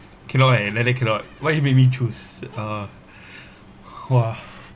cannot eh like that cannot why make me choose uh !wah!